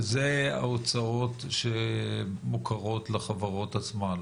וזה ההוצאות שמוכרות לחברות עצמן,